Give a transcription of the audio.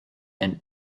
and